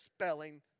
spelling